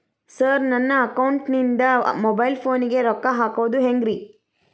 Sir ನನ್ನ ಅಕೌಂಟದಿಂದ mobile ಫೋನಿಗೆ ರೊಕ್ಕ ಹಾಕೋದು ಹೆಂಗ್ರಿ?